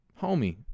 Homie